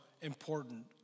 important